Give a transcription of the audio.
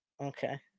Okay